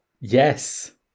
Yes